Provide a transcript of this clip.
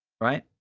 right